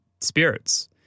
spirits